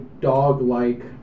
dog-like